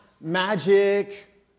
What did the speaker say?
magic